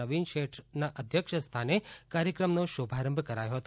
નવીન શેઠના અધ્યક્ષ સ્થાને કાર્યક્રમનો શુભારંભ કરાયો હતો